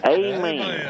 amen